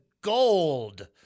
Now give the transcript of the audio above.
gold